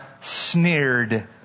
sneered